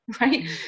right